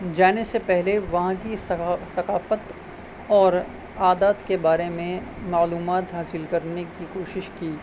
جانے سے پہلے وہاں کی ثقافت اور عادات کے بارے میں معلومات حاصل کرنے کی کوشش کی